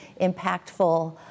impactful